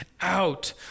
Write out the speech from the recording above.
out